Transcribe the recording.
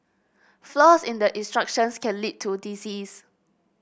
flaws in the instructions can lead to disease